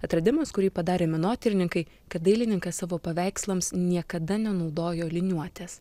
atradimas kurį padarė menotyrininkai kad dailininkas savo paveikslams niekada nenaudojo liniuotės